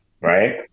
Right